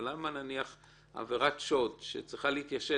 אבל למה נניח עבירת שוד שצריכה להתיישן